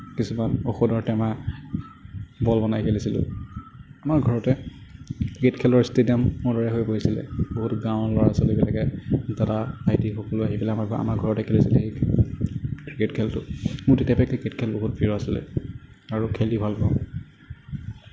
কিছুমান ঔষধৰ টেমা বল বনাই খেলিছিলোঁ আমাৰ ঘৰতে ক্ৰিকেট খেলৰ ষ্টেডিয়ামৰ দৰে হৈ পৰিছিলে বহুত গাঁৱৰ ল'ৰা ছোৱালীবিলাকে দাদা ভাইটি সকলো আহি পেলাই আমাৰ আমাৰ ঘৰতে খেলিছিলেহি ক্ৰিকেট খেলটো মোৰ তেতিয়াৰেপৰাই ক্ৰিকেট খেল বহুত প্ৰিয় আছিলে আৰু খেলি ভালপাওঁ